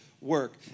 work